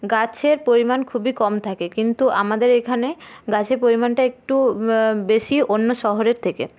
গাছের পরিমাণ খুবই কম থাকে কিন্তু আমাদের এখানে গাছের পরিমাণটা একটু বেশি অন্য শহরের থেকে